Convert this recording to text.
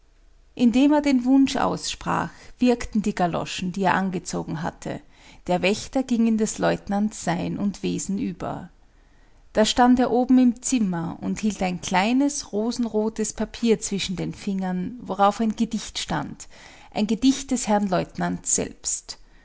indem er den wunsch aussprach wirkten die galoschen die er angezogen hatte der wächter ging in des leutnants sein und wesen über da stand er oben im zimmer und hielt ein kleines rosenrotes papier zwischen den fingern worauf ein gedicht stand ein gedicht des herrn leutnants selbst